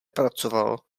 pracoval